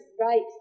right